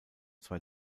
zwei